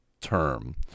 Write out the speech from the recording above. term